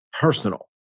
personal